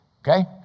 Okay